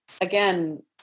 again